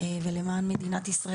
ולמען מדינת ישראל,